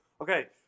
Okay